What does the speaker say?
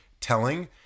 telling